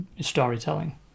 storytelling